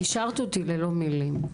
השארת אותי ללא מילים.